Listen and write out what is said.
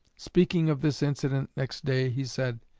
speaking of this incident next day, he said,